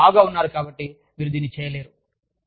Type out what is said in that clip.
మీరు చాలా లావుగా ఉన్నారు కాబట్టి మీరు దీన్ని చేయలేరు